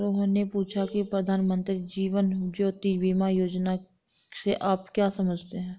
रोहन ने पूछा की प्रधानमंत्री जीवन ज्योति बीमा योजना से आप क्या समझते हैं?